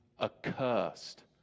Accursed